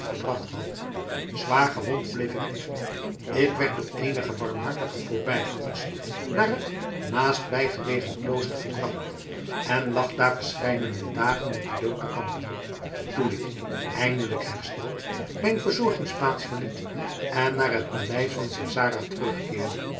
gebracht had zwaar gewond bleef ik liggen ik werd door eenige barmhartige voorbijgangers naar het naastbijgelegen klooster gebracht en lag daar verscheidene dagen met den dood te kampen toen ik eindelijk hersteld mijn verzorgingsplaats verliet en naar het paleis van cesara terugkeerde